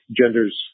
genders